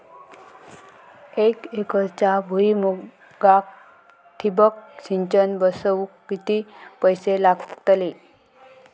एक एकरच्या भुईमुगाक ठिबक सिंचन बसवूक किती पैशे लागतले?